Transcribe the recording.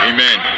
Amen